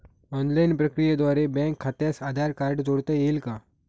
Online प्रक्रियेद्वारे bank खात्यास Aadhaar card जोडता येईल का?